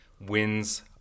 wins